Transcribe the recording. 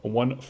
one